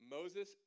Moses